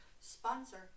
Sponsor